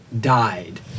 died